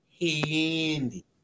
Handy